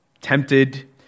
tempted